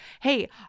hey